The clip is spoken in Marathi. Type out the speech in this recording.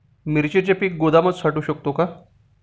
मिरचीचे पीक गोदामात साठवू शकतो का?